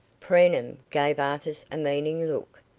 preenham gave artis a meaning look,